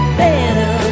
better